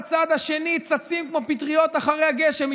בצד השני צצים כמו פטריות אחרי הגשם.